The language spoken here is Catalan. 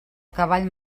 cavall